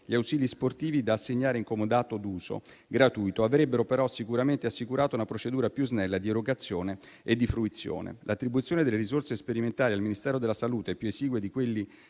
gli ausili sportivi da assegnare in comodato d'uso gratuito, avrebbero però sicuramente assicurato una procedura più snella di erogazione e di fruizione. L'attribuzione delle risorse sperimentali al Ministero della salute, più esigue di quelle